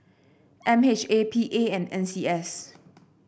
M H A P A and N C S